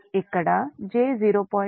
8 మీ 0